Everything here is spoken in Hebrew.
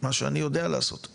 מה שאני יודע לעשות.